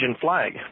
flag